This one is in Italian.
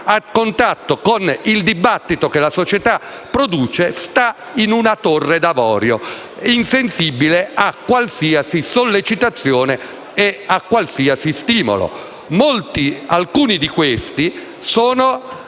la società e con il dibattito che la società produce, sta in una torre d'avorio insensibile a qualsiasi sollecitazione e a qualsiasi stimolo. Alcuni di questi che